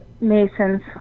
Masons